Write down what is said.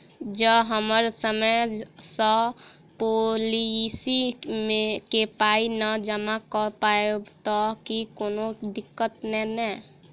जँ हम समय सअ पोलिसी केँ पाई नै जमा कऽ पायब तऽ की कोनो दिक्कत नै नै?